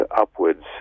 upwards